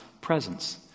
presence